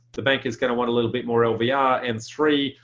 the bank is going to want a little bit more lvr ah and three,